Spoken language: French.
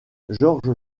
georges